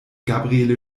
gabriele